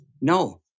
no